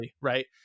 Right